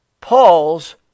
Paul's